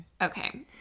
Okay